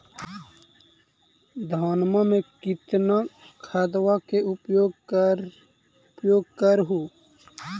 धानमा मे कितना खदबा के उपयोग कर हू?